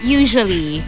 usually